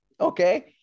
okay